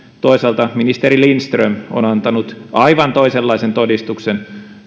toisaalta ministeri lindström on antanut aivan toisenlaisen todistuksen